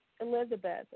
Elizabeth